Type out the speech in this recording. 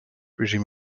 regime